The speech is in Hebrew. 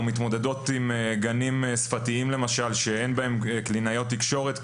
או מתמודדות עם גנים שפתיים למשל שאין בהם קלינאיות תקשורת,